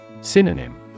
Synonym